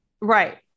Right